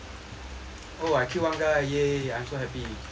oh I killed one guy !yay! I'm so happy